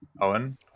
Owen